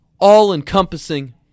All-encompassing